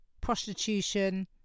prostitution